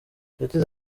yagize